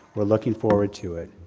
we're looking forward to it.